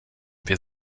wir